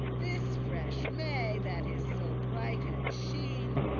this freshe may, that is so bright and sheen,